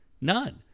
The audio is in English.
None